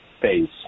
phase